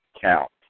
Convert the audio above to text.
count